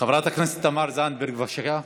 חברת הכנסת תמר זנדברג, בבקשה,